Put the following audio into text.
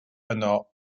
yno